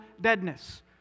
deadness